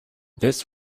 this